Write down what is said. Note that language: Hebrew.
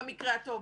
במקר הטוב.